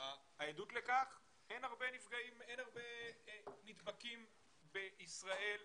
והעדות לכך, אין הרבה נדבקים בישראל.